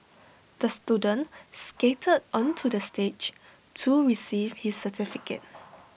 the student skated onto the stage to receive his certificate